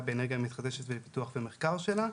באנרגיה המתחדשת לפיתוח במחקר שלה,